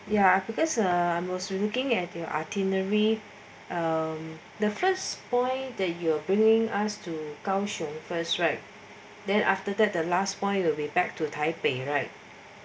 ya because uh I'm also looking at your itinerary um the first point that you are bringing us to gao xiong first right then after that the last point the way back to taipei right